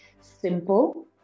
simple